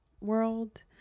world